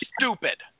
stupid